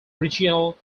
regional